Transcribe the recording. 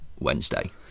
Wednesday